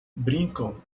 brincam